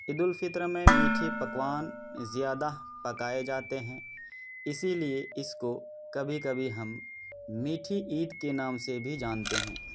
عیدالفطر میں میٹھے پکوان زیادہ پکائے جاتے ہیں اسی لیے اس کو کبھی کبھی ہم میٹھی عید کے نام سے بھی جانتے ہیں